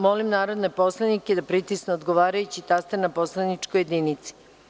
Molim narodne poslanike da pritisnu odgovarajući taster na poslaničkoj jedinici.